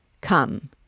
come